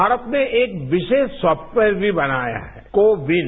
भारत ने एक विशेष सॉफ्टवेयर भी बनाया है को विन